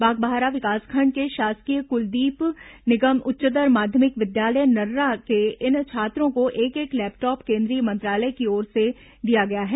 बागबाहरा विकासखंड के शासकीय क्लदीप निगम उच्चतर माध्यमिक विद्यालय नर्रा के इन छात्रों को एक एक लैपटॉप केन्द्रीय मंत्रालय की ओर से दिया गया है